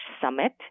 summit